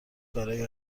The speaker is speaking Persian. برای